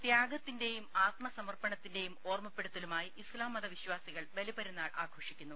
ത്യാഗത്തിന്റെയും ആത്മസമർപ്പണത്തിന്റേയും ഓർമപ്പെടുത്തലുമായി ഇസ്ലാം മത വിശ്വാസികൾ ബലിപെരുന്നാൾ ആഘോഷിക്കുന്നു